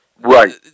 Right